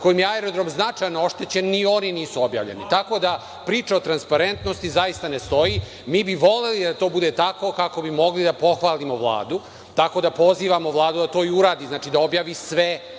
kojim je aerodrom značajno oštećen, ni oni nisu objavljeni. Tako da, priča o transparentnosti zaista ne stoji. Mi bi voleli da to bude tako kako bi mogli da pohvalimo Vladu. Tako da, pozivamo Vladu da to i uradi, znači da objavi sve